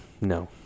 No